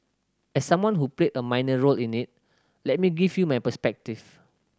as someone who played a minor role in it let me give you my perspective